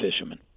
fishermen